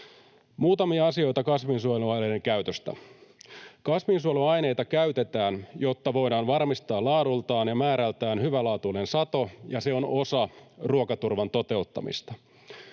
Muutamia asioita kasvinsuojeluaineiden käytöstä. Kasvinsuojeluaineita käytetään, jotta voidaan varmistaa laadultaan ja määrältään hyvälaatuinen sato, ja se on osa ruokaturvan toteuttamista.